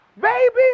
Baby